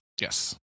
Yes